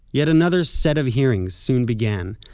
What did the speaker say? yet another set of hearings soon began,